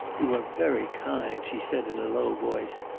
you are very kind, she said in a low voice,